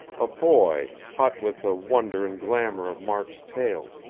a boy, hot with the wonder and glamor of mark's tale.